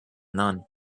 none